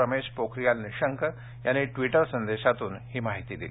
रमेश पोखरियाल निशंक यांनी ट्वीटर संदेशातून ही माहिती दिली